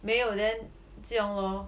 没有 then 这样 lor